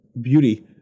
beauty